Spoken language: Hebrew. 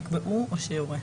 שנקבעו או שיורה.